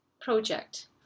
project